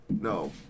No